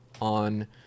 on